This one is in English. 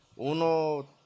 uno